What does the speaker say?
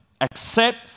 Accept